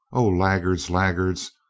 o, laggards, laggards!